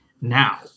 now